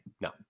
No